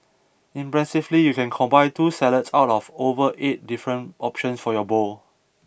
impressively you can combine two salads out of over eight different options for your bowl